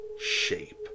shape